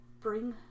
bring